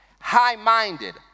high-minded